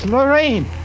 Lorraine